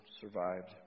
survived